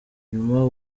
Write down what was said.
nyuma